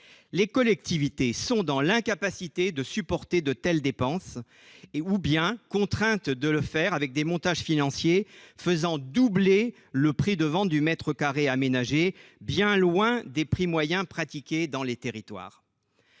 Les collectivités sont dans l'incapacité de supporter de telles dépenses ou sont contraintes de le faire au moyen de montages financiers doublant le prix de vente du mètre carré aménagé, bien loin des prix moyens pratiqués sur le territoire